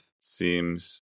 seems